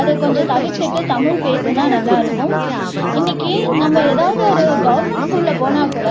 அது கொஞ்சம் தவிர்த்துட்டு தமிழ் பேசினா நல்லாருக்கும் இன்றைக்கி நம்ம எதாவது ஒரு கவர்மெண்ட் ஸ்கூலில் போனால் கூட